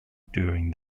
during